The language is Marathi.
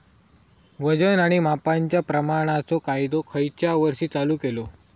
वजन आणि मापांच्या प्रमाणाचो कायदो खयच्या वर्षी चालू केलो?